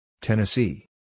Tennessee